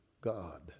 God